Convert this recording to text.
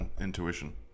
intuition